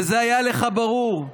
וזה היה לך ברור.